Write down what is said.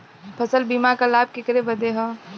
फसल बीमा क लाभ केकरे बदे ह?